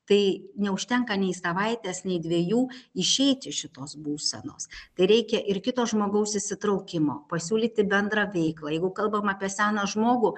tai neužtenka nei savaitės nei dviejų išeiti iš šitos būsenos kai reikia ir kito žmogaus įsitraukimo pasiūlyti bendrą veiklą jeigu kalbam apie seną žmogų